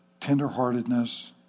tenderheartedness